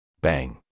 Bang